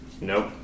nope